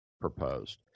proposed